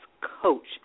coach